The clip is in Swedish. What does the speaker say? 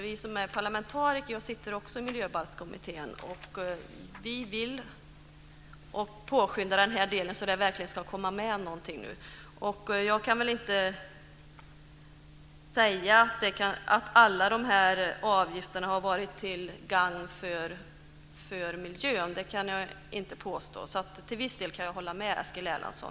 Vi som är parlamentariker - jag sitter också i Miljöbalkskommittén - vill påskynda den här delen så att det verkligen ska komma med någonting nu. Jag kan väl inte säga att alla de här avgifterna har varit till gagn för miljön, det kan jag inte påstå. Till viss del kan jag alltså hålla med Eskil Erlandsson.